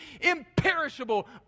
imperishable